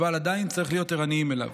אבל עדיין צריך להיות ערניים אליו.